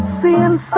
seeing